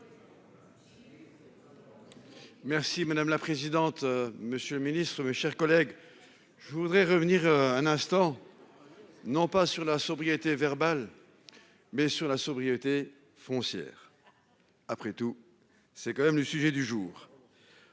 Merci madame la présidente. Monsieur le Ministre, mes chers collègues, je voudrais revenir un instant. Non pas sur la sobriété verbale. Mais sur la sobriété foncière. Après tout, c'est quand même le sujet du jour.